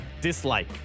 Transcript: Dislike